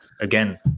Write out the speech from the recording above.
again